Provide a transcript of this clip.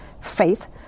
faith